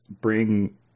bring